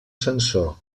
sensor